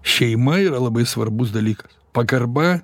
šeima yra labai svarbus dalykas pagarba